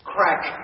Crack